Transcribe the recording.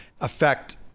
affect